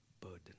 burden